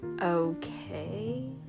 Okay